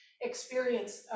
experience